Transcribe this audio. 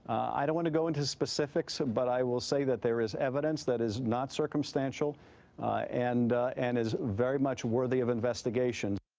i don't want to go into specifics but i will say there is evidence that is not circumstantial and and is very much worthy of investigation.